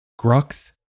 Grux